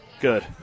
good